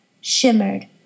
shimmered